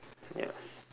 ya